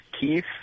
Keith